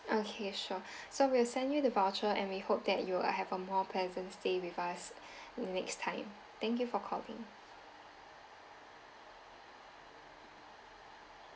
okay sure so we'll send you the voucher and we hope that you will have a more pleasant stay with us the next time thank you for calling